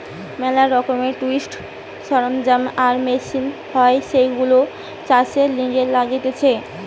ম্যালা রকমের টুলস, সরঞ্জাম আর মেশিন হয় যেইগুলো চাষের লিগে লাগতিছে